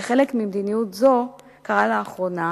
כחלק ממדיניות זו קרא לאחרונה